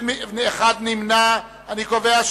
נא להצביע.